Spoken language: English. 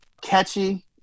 catchy